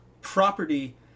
property